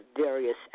various